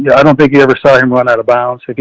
yeah i don't think he ever saw him run out of bounds.